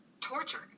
torture